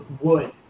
wood